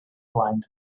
blind